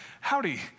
howdy